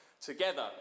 together